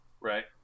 Right